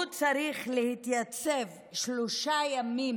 הוא צריך להתייצב שלושה ימים